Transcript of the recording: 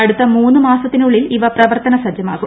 അടുത്ത മൂന്ന് മാസത്തിനുള്ളിൽ ഇവ പ്രവർത്തന സജ്ജമാകും